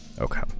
Okay